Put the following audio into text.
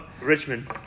Richmond